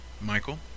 Michael